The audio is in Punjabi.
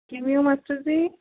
ਕਿਵੇਂ ਹੋ ਮਾਸਟਰ ਜੀ